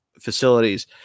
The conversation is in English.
facilities